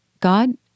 God